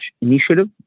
Initiative